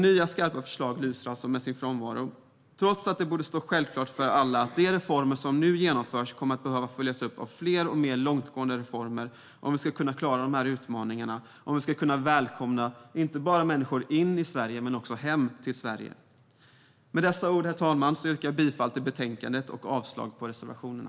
Nya skarpa förslag lyser med sin frånvaro trots att det borde vara självklart för alla att de reformer som nu genomförs kommer att behöva följas upp av fler och mer långtgående reformer om vi ska klara utmaningarna och kunna välkomna människor inte bara in i Sverige utan också hem till Sverige. Med dessa ord, herr talman, yrkar jag bifall till utskottets förslag i betänkandet och avslag på reservationerna.